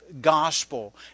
gospel